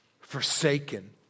forsaken